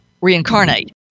reincarnate